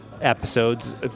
episodes